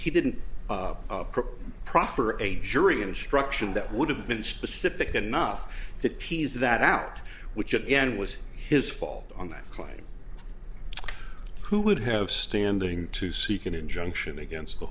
he didn't proffer a jury instruction that would have been specific enough to tease that out which again was his fault on that client who would have standing to seek an injunction against the